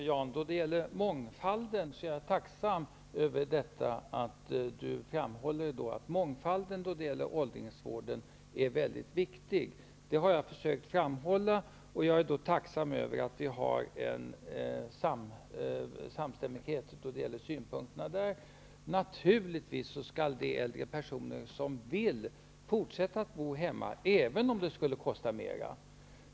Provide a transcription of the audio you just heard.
Fru talman! Jag är tacksam över att Jan Andersson framhåller att mångfalden i åldringsvården är mycket viktig. Det har jag försökt att framhålla. Jag är tacksam över att vi har en samstämmighet i de synpunkterna. Naturligtvis skall de äldre personer som vill det fortsätta att bo hemma, även om det skulle kosta mer.